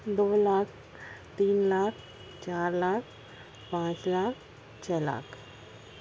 دو لاکھ تین لاکھ چار لاکھ پانچ لاکھ چھ لاکھ